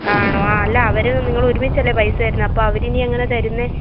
ആണോ ആ അല്ല അവർ നിങ്ങൾ ഒരുമിച്ചല്ലേ പൈസ തരുന്നത് അപ്പോൾ അവരിനി എങ്ങനെ തരുന്നത്